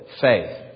faith